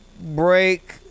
break